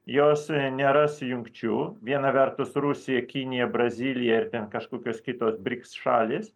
jos neras jungčių viena vertus rusija kinija brazilija ir ten kažkokios kitos briks šalys